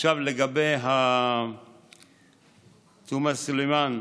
עכשיו לגבי תומא סלימאן.